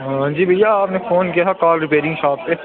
हां जी भैया आपने काल किया था फोन रिपेयरिंग शाप पे